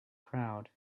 crowd